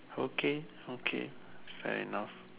okay okay fair enough